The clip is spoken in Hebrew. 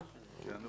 אני לא נכנס